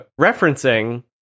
referencing